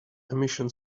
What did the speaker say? emission